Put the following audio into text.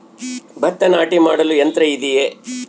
ಭತ್ತ ನಾಟಿ ಮಾಡಲು ಯಂತ್ರ ಇದೆಯೇ?